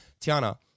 tiana